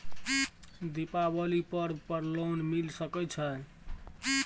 दीपावली पर्व पर लोन मिल सके छै?